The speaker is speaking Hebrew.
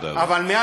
תודה רבה.